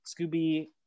scooby